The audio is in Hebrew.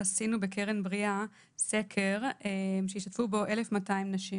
עשינו ב"קרן בריאה" סקר שהשתתפו בו 1,200 נשים